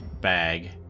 bag